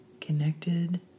Connected